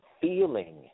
feeling